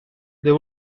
they